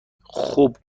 خوب